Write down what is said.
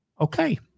okay